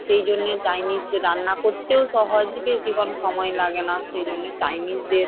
সেই জন্য চাইনিজ রান্না করতেও সহজ বেশিক্ষণ সময় লাগে না সেই জন্য চাইনিজদের